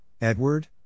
Edward